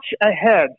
ahead